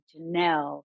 Janelle